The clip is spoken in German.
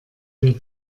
wir